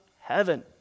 heaven